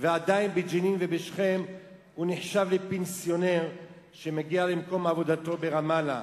ועדיין בג'נין ובשכם הוא נחשב לפנסיונר שמגיע למקום עבודתו ברמאללה.